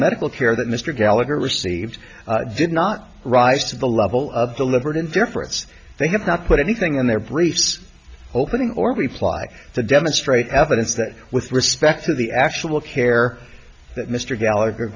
medical care that mr gallagher received did not rise to the level of deliberate indifference they have not put anything in their briefs opening or reply to demonstrate evidence that with respect to the actual care that mr gallagher